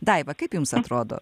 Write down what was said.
daiva kaip jums atrodo